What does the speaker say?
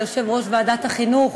ליושב-ראש ועדת החינוך,